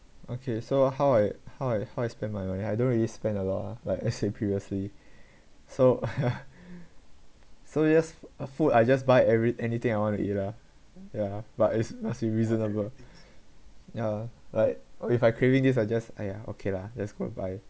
okay so how I how I how I spent my money I don't really spend a lot ah like as previously so so yes f~ food I just buy ever~ anything I want to eat lah ya but it's must be reasonable yeah like with I craving this I just !aiya! okay lah just go and buy